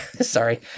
Sorry